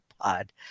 pod